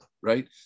right